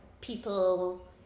people